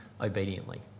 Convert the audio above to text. obediently